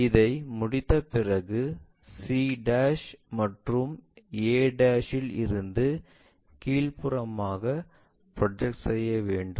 இதை முடித்த பிறகு c மற்றும் a இல் இருந்து கீழ்ப்புறமாக ப்ரொஜெக்ட் செய்ய வேண்டும்